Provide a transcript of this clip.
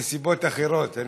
את זה אני לא אגיד מסיבות אחרות.